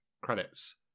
credits